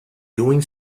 doing